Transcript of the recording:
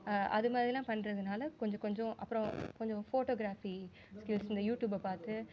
அதுமாதிரிலாம் பண்ணுறதுனால கொஞ்சம் கொஞ்சம் அப்புறோம் கொஞ்சம் ஃபோட்டோகிராஃபி இந்த யூடியூப்பை பார்த்து